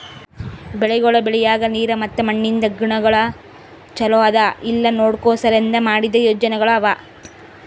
ಬೆಳಿಗೊಳ್ ಬೆಳಿಯಾಗ್ ನೀರ್ ಮತ್ತ ಮಣ್ಣಿಂದ್ ಗುಣಗೊಳ್ ಛಲೋ ಅದಾ ಇಲ್ಲಾ ನೋಡ್ಕೋ ಸಲೆಂದ್ ಮಾಡಿದ್ದ ಯೋಜನೆಗೊಳ್ ಅವಾ